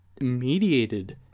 mediated